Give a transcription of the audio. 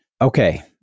Okay